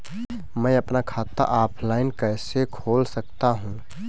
मैं अपना खाता ऑफलाइन कैसे खोल सकता हूँ?